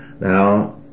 Now